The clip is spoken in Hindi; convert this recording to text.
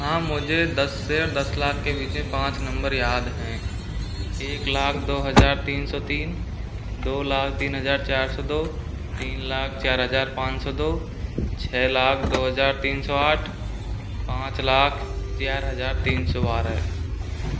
हाँ मुझे दस से दस लाख के बीच के पाँच नंबर याद हैं एक लाख दो हजार तीन सौ तीन दो लाख तीन हजार चार सौ दो तीन लाख चार हजार पाँच सौ दो छः लाख दो हजार तीन सौ आठ पाँच लाख ग्यारह हजार तीन सौ बारह